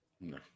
No